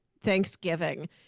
Thanksgiving